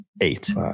eight